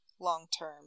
long-term